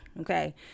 okay